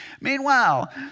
Meanwhile